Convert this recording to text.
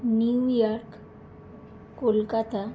new York Kolkata